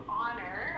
honor